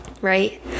right